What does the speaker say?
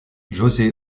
jose